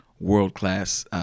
world-class